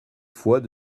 fois